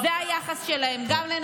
למה לא שאלת אותו למה